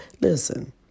listen